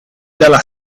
dalla